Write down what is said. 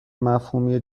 مفهومی